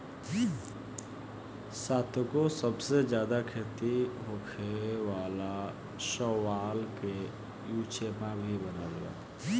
सातगो सबसे ज्यादा खेती होखे वाला शैवाल में युचेमा भी बा